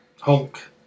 Hulk